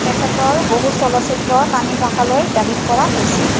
তেখেতৰ বহু চলচ্চিত্ৰ তামিল ভাষালৈ ডাবিং কৰা হৈছিল